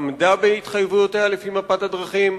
עמדה בהתחייבויותיה לפי מפת הדרכים.